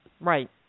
right